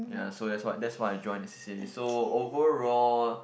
yeah so that's what that's why I join the C_C_A so overall